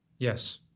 Yes